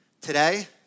Today